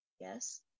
Yes